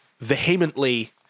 vehemently